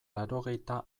laurogeita